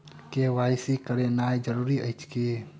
KYC करानाइ जरूरी अछि की?